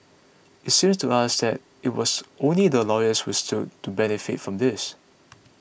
it seems to us that it was only the lawyers who stood to benefit from this